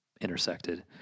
intersected